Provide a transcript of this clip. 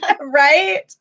Right